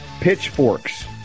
pitchforks